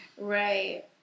Right